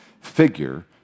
figure